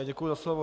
Děkuju za slovo.